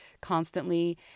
constantly